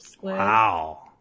Wow